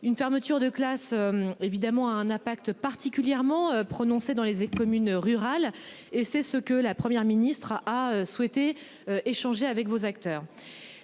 une fermeture de classe, évidemment, a un impact particulièrement prononcé dans les et communes rurales et c'est ce que la Première ministre a souhaité. Échanger avec vos acteurs.